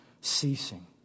ceasing